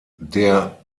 der